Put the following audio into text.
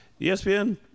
ESPN